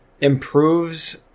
improves